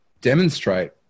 demonstrate